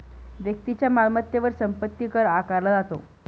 व्यक्तीच्या मालमत्तेवर संपत्ती कर आकारला जातो